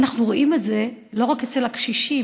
ואנחנו רואים את זה לא רק אצל הקשישים.